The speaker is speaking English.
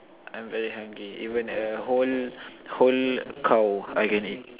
I'm very hungry even a whole whole cow I can eat